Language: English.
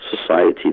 society